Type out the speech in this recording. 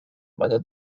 meine